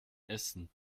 essen